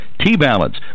T-Balance